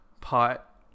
pot